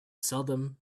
seldom